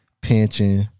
Pension